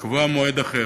לקבוע מועד אחר.